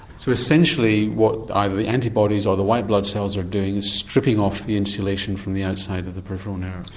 so essentially what either the antibodies or the white blood cells are doing is stripping off the insulation from the outside of the peripheral nerves?